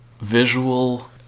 visual